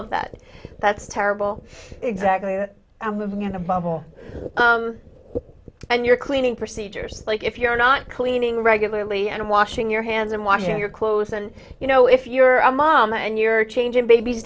of that that's terrible exactly i'm living in a bubble and you're cleaning procedures like if you're not cleaning regularly and washing your hands and washing your clothes and you know if you're a mom and you're changing bab